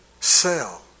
Sell